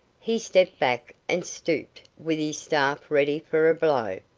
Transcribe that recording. he stepped back and stooped with his staff ready for a blow.